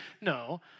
No